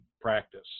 practice